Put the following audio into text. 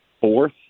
fourth